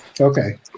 okay